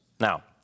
Now